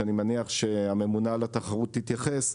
שאני מניח שהממונה על התחרות תתייחס,